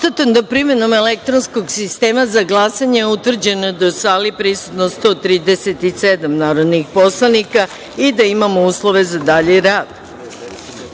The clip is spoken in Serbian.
da je, primenom elektronskog sistema za glasanje, utvrđeno da je u sali prisutno 137 narodna poslanika i da imamo uslove za dalji rad. Da